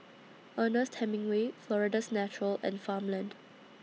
Ernest Hemingway Florida's Natural and Farmland